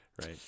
right